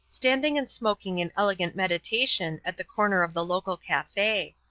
standing and smoking in elegant meditation at the corner of the local cafe.